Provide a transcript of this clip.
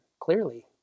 clearly